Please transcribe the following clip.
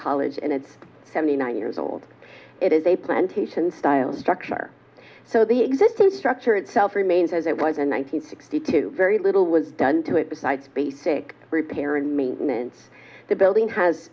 college and its seventy nine years old it is a plantation style structure so the existing structure itself remains as it was in one nine hundred sixty two very little was done to it besides basic repair and maintenance the building has